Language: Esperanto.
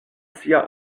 sia